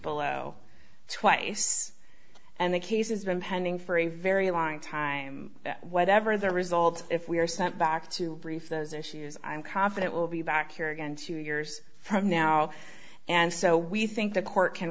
below twice and the case has been pending for a very long time that whatever the result if we are sent back to brief those issues i'm confident we'll be back here again two years from now and so we think the court can